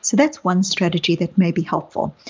so that's one strategy that may be helpful.